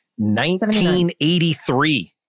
1983